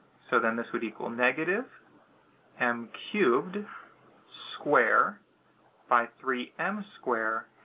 so then, this would equal negative m cubed square by three m square.